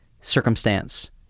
circumstance